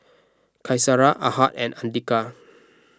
Qaisara Ahad and andika